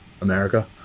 America